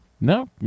No